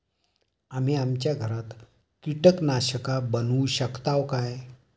आम्ही आमच्या घरात कीटकनाशका बनवू शकताव काय?